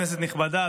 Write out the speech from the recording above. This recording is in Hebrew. כנסת נכבדה,